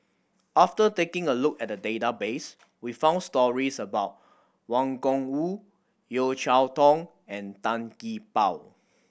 after taking a look at the database we found stories about Wang Gungwu Yeo Cheow Tong and Tan Gee Paw